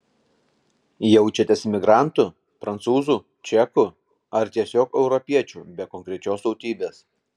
jaučiatės emigrantu prancūzu čeku ar tiesiog europiečiu be konkrečios tautybės